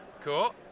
Cool